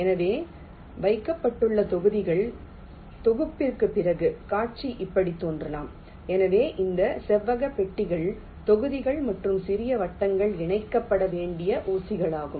எனவே வைக்கப்பட்டுள்ள தொகுதிகள் தொகுப்பிற்குப் பிறகு காட்சி இப்படித் தோன்றலாம் எனவே இந்த செவ்வக பெட்டிகள் தொகுதிகள் மற்றும் சிறிய வட்டங்கள் இணைக்கப்பட வேண்டிய ஊசிகளாகும்